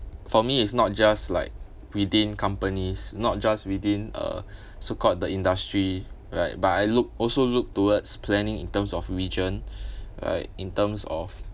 for me it's not just like within companies not just within uh so called the industry right but I look also look towards planning in terms of region right in terms of